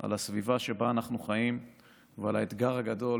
על הסביבה שבה אנחנו חיים ועל האתגר הגדול